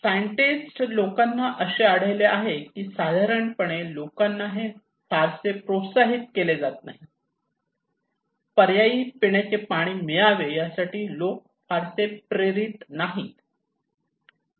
scientist लोकांना असे आढळले की साधारणपणे लोकांना हे फारसे प्रोत्साहित केले जात नाही पर्यायी पिण्याचे पाणी मिळावे यासाठी लोक फारसे प्रेरित नाही